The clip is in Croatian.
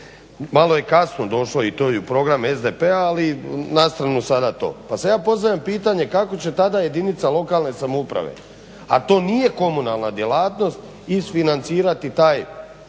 Malo je kasno došao i u program SDP-a ali na stranu sada to. Pa sad ja postavljam pitanje kako će tada jedinica lokalne samouprave, a to nije komunalna djelatnost, isfinancirati taj